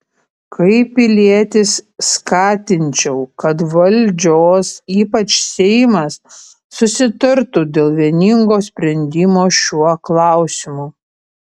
kaip pilietis skatinčiau kad valdžios ypač seimas susitartų dėl vieningo sprendimo šiuo klausimu